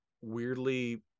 weirdly